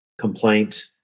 complaint